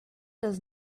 does